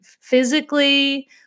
physically